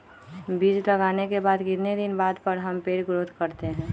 बीज लगाने के बाद कितने दिन बाद पर पेड़ ग्रोथ करते हैं?